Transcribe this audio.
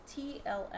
TLM